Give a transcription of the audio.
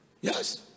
Yes